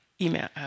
email